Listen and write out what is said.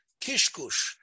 kishkush